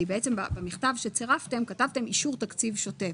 במכתב שצרפתם כתבתם אישור תקציב שוטף.